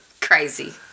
Crazy